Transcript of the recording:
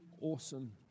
awesome